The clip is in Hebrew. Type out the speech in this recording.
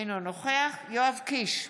אינו נוכח יואב קיש,